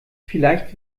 vielleicht